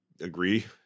agree